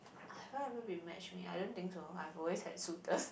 have I ever been match made I don't think so I've always had suitors